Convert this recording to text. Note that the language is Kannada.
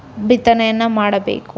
ಬಿತ್ತನೆಯನ್ನು ಮಾಡಬೇಕು